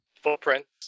footprints